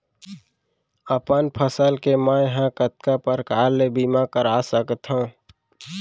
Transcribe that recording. अपन फसल के मै ह कतका प्रकार ले बीमा करा सकथो?